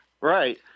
Right